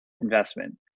investment